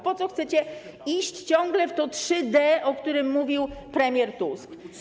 Po co chcecie iść ciągle w to 3D, o którym mówił premier Tusk?